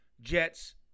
Jets